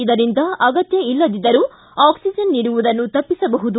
ಇದರಿಂದ ಅಗತ್ಯ ಇಲ್ಲದಿದ್ದರೂ ಆಕ್ಲಿಜನ್ ನೀಡುವುದನ್ನು ತಪ್ಪಿಸಬಹುದು